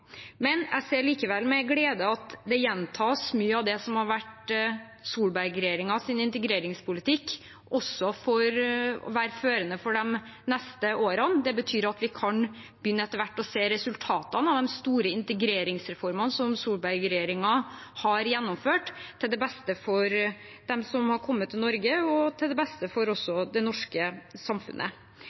Jeg ser likevel med glede at mye av det som har vært Solberg-regjeringens integreringspolitikk, gjentas som også å være førende for de neste årene. Det betyr at vi etter hvert kan begynne å se resultatene av de store integreringsreformene Solberg-regjeringen har gjennomført, til det beste for dem som har kommet til Norge, og også til det beste for det norske samfunnet.